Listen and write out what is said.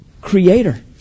creator